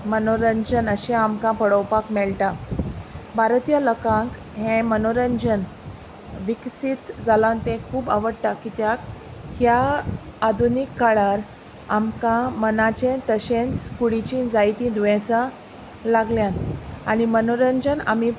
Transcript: मनोरंजन अशें आमकां पळोवपाक मेळटा भारतीय लोकांक हें मनोरंजन विकसीत जालां तें खूब आवडटा कित्याक ह्या आधुनीक काळार आमकां मनाचें तशेंच कुडीचीं जायतीं दुयेंसां लागल्यांत आनी मनोरंजन आमी